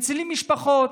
מצילים משפחות,